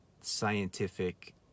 scientific